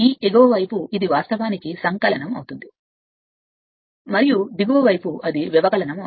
కాబట్టి ఈ ఎగువ వైపు ఇది వాస్తవానికి సంకలనం మరియు దిగువ వైపు అది వ్యవకలనం